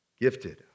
gifted